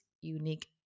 unique